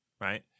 right